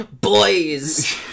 Boys